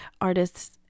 artists